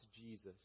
Jesus